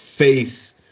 face